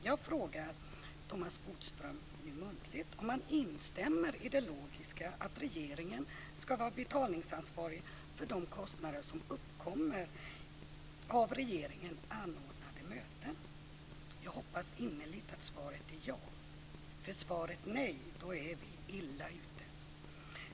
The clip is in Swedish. Jag frågar Thomas Bodström nu muntligt om han instämmer i det logiska att regeringen ska vara betalningsansvarig för de kostnader som uppkommer av regeringen anordnade möten. Jag hoppas innerligt att svaret är ja. Är svaret nej är vi illa ute.